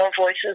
voices